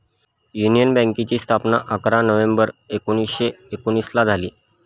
union बँकेची स्थापना अकरा नोव्हेंबर एकोणीसशे एकोनिसला झाली